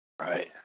right